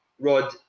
Rod